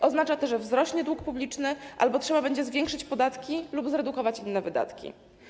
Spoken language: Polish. Oznacza to, że wzrośnie dług publiczny albo trzeba będzie zwiększyć podatki lub zredukować inne wydatki.